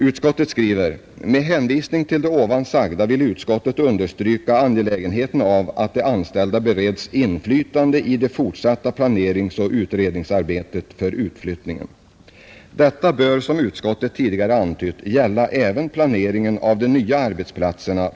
Utskottet skriver: ”Med hänvisning till det ovan sagda vill utskottet understryka angelägenheten av att de anställda bereds inflytande i det fortsatta planeringsoch utredningsarbetet för utflyttningen. Detta bör som utskottet tidigare antytt gälla även planeringen av de nya arbetsplatserna.